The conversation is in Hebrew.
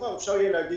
כל המשרדים יש.